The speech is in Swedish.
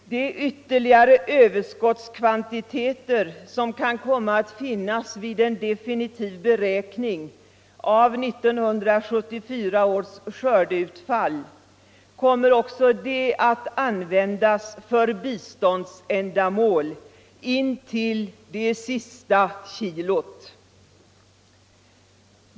De ytterligare överskottskvantiteter som kan komma att finnas vid en definitiv beräkning av 1974 års skördeutfall kommer också att användas för biståndsändamål intill det sista kilot.